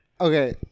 Okay